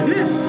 Yes